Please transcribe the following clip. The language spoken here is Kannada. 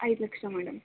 ಐದು ಲಕ್ಷ ಮೇಡಮ್